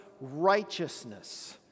righteousness